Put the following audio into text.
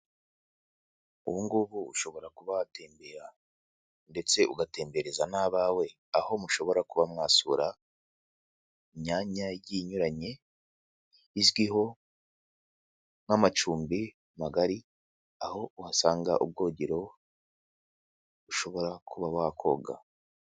Ubugubu ushobora kuba watembera ndetse ugatembereza n'abawe, aho mushobora kuba mwasura imyanya igiye inyuranye, izwiho nk'amacumbi magari, aho uhasanga ubwogero ushobora kuba wakoga.